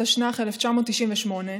התשנ"ח 1998,